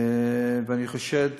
ואני חושב,